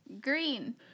Green